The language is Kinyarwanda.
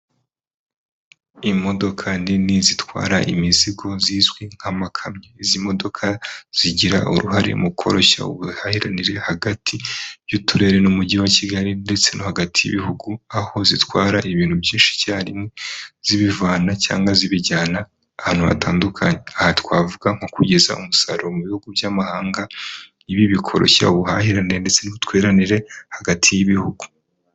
Imodoka nini zitwara imizigo zizwi nk'amakamyo, izi modoka zigira uruhare mu koroshya ubuhahiranire hagati y'uturere n'Umujyi wa Kigali ndetse no hagati y'ibihugu, aho zitwara ibintu byinshi icyarimwe, zibivana cyangwa zibijyana ahantu hatandukanye, aha twavuga nko kugeza umusaruro mu bihugu by'amahanga, ibi bikoroshya ubuhahiranire ndetse n'ubutwereranire hagati y'ibihugu.